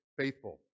faithful